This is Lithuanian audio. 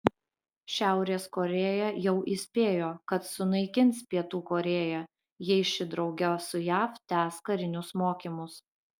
šiaurės korėja jau įspėjo kad sunaikins pietų korėją jei ši drauge su jav tęs karinius mokymus